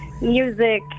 music